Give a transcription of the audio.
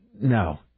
no